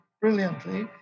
brilliantly